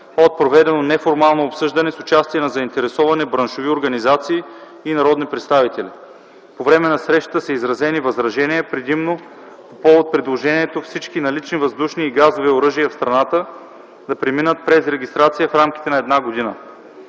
от проведено неформално обсъждане с участие на заинтересовани браншови организации и народни представители. По време на срещата са изразени възражения предимно по повод предложението всички налични въздушни и газови оръжия в страната да преминат през регистрация, в рамките на една година.